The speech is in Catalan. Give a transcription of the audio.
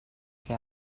que